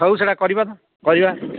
ହଉ ସେଇଟା କରିବା ତ କରିବା